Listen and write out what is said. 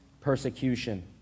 persecution